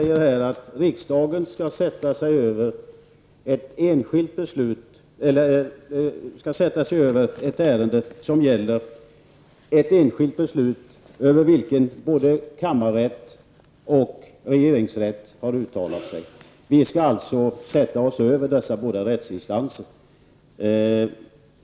Fru talman! Jerry Martinger säger att riksdagen skall sätta sig över ett ärende som gäller ett enskilt beslut, över vilket både kammarrätten och regeringsrätten har uttalat sig. Vi skall alltså sätta oss över dessa båda rättsinstanser.